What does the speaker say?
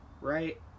Right